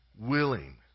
willing